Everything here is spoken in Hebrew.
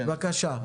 בבקשה.